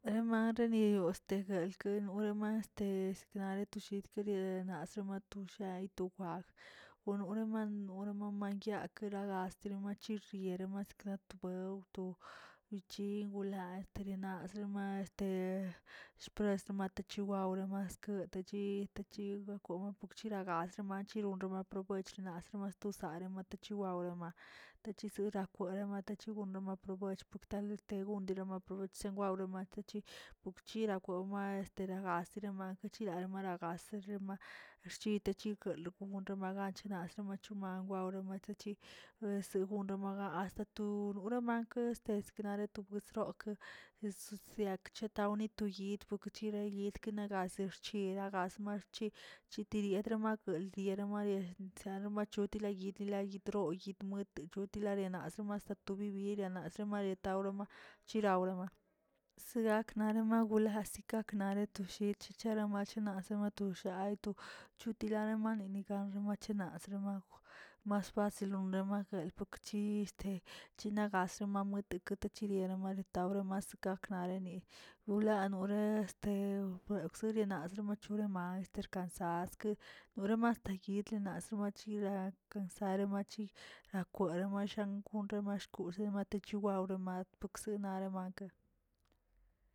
Nema reni te falkə rema este naro ti shit lieꞌ narso matu chai to kwag gonoreman remaman yak lagasteri machi riere maskla bwew to tichingula esterinazli maa este presi matechiwa wremaski tachi tachi makw pachiraga remanchirogak buech nalrgas tosare matachi bawle ma tachichora kwere tachigonrama pach pugtale gtel gundelama pul wawra matechi gokchirakwu ma este agase riga rchite chikulo wnree manchegana ragachemanwo romatechi deseguno asta tu ramankesə estmane to gusrok ese siauchi to gatnik guit futichiguer yit kana gazeꞌ chira gasma chitidiet magol dieron yetsare machol yeguidle lalidgulə to yid muate gud laneras maso mas bibire nace ma tawro madawrema sigak magula sigakə naretushisch chə nomashinazə tu sha tu dilanemareni ga niwachenas mas fácil ronrew aguel fukchi china gase mamuet katechiria mani ahoramasikakꞌ lani wla nore este roebgsini nar wachorema lkansaski nore mastiyidguil nasremachi lankesaremach rakweremash nkwere mashkul mate chiwawrə tokse mara mankə